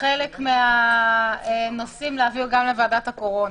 חלק מהנושאים להעביר גם לוועדת הקורונה.